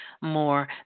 more